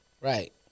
Right